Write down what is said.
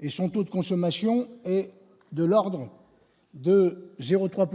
et son taux de consommation de l'ordre de 0 3